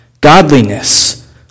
godliness